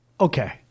Okay